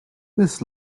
this